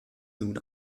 nun